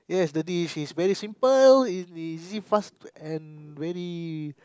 as the dish is very simple easy fast and very